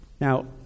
Now